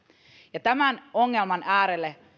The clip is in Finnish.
ja tämän ongelman äärelle